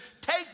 take